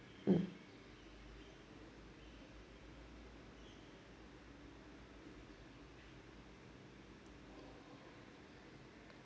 mm